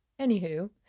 anywho